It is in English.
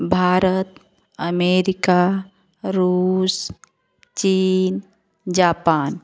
India America Russia China Japan